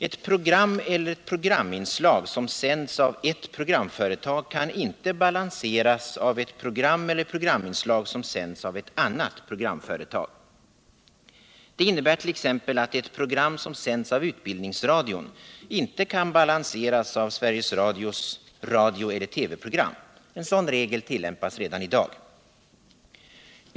Ett program eller ett programinslag som sänds av ett programföretag kan inte balanseras av ett program eller programinslag som sänds av ett annat programföretag. Detta innebär t.ex. att ett program som sänds av utbildningsradion inte kan balanseras av Sveriges Radios radioeller TV-program. En sådan regel tillämpas redan i dag.